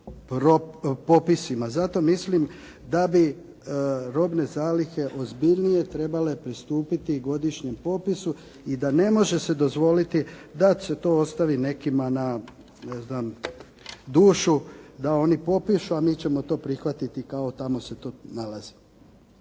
Zato mislim da bi robne zalihe ozbiljnije trebale pristupiti godišnjem popisu i da ne može se dozvoliti da se to ostavi nekima, ne znam na dušu, da oni popišu, a mi ćemo to prihvatiti, kao tamo se to nalazi.